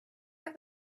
have